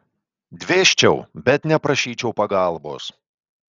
dvėsčiau bet neprašyčiau pagalbos